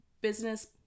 business